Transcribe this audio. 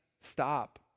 stop